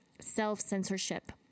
self-censorship